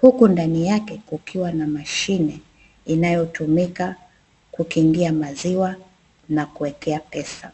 huku ndani yake kukiwa na mashine inayotumika kukingia maziwa na kuwekea pesa.